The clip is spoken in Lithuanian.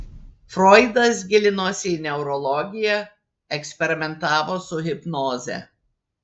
froidas gilinosi į neurologiją eksperimentavo su hipnoze